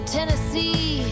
tennessee